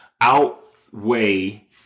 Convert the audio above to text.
outweigh